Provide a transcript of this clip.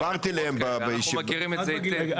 אנחנו מכירים את זה היטב.